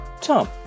Tom